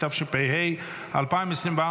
התשפ"ה 2024,